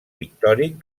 pictòric